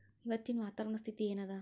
ಇವತ್ತಿನ ವಾತಾವರಣ ಸ್ಥಿತಿ ಏನ್ ಅದ?